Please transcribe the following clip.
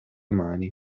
mani